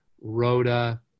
Rhoda